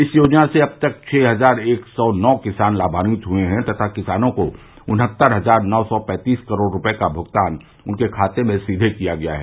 इस योजना से अब तक छः हजार एक सौ नौ किसान लामान्वित हुए हैं तथा किसानों को उन्हतर हजार नौ सौ पैंतीस करोड रूपये का भुगतान उनके खातों में सीधे किया गया है